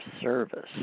service